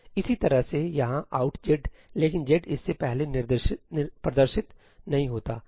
इसी तरह से यहाँ out z लेकिन z इससे पहले प्रदर्शित नहीं होता है